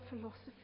philosophy